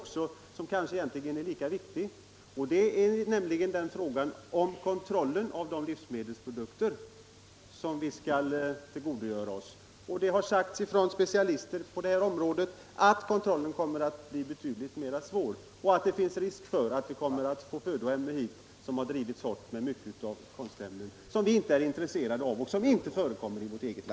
Kommer ansökningar om statsbidrag till miljövårdande åtgärder inom jordbruk och trädgårdsföretag, som inkommit till lantbruksnämnderna före den 1 juli 1978 men inte avgjorts, ändå att behandlas enligt nu gällande regler och bidrag således kunna utgå?